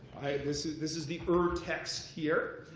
this is this is the urtext here.